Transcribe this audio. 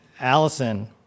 Allison